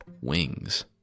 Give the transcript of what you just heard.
Wings